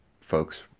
folks